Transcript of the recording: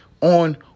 on